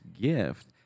gift